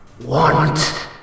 Want